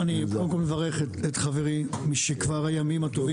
קודם כול אני מברך את חברי משכבר הימים הטובים.